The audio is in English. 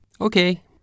Okay